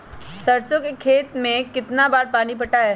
सरसों के खेत मे कितना बार पानी पटाये?